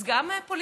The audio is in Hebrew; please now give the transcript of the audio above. אז גם פוליטיקאים